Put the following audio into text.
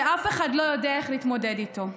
שאף אחד לא יודע איך להתמודד איתו?